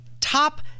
top